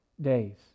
days